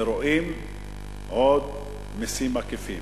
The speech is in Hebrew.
ורואים עוד מסים עקיפים,